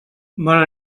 bona